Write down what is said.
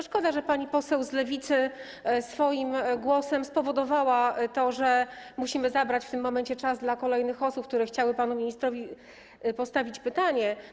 Szkoda, że pani poseł z Lewicy swoim głosem spowodowała to, że musimy zabrać w tym momencie czas przeznaczony dla kolejnych osób, które chciały panu ministrowi postawić pytanie.